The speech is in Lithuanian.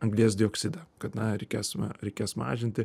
anglies dioksidą kad na reikės reikės mažinti